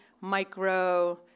micro